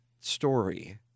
story